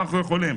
ואנחנו יכולים.